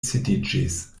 sidiĝis